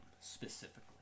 specifically